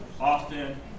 Austin